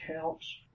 counts